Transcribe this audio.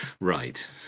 Right